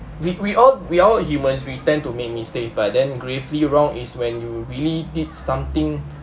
we we all we all humans we tend to make mistakes but then gravely wrong is when you really did something